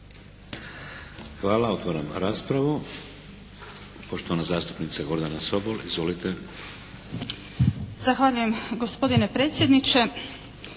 Hvala. Otvaram raspravu. Poštovana zastupnica Gordana Sobol. Izvolite. **Sobol, Gordana (SDP)** Zahvaljujem gospodine predsjedniče.